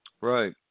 Right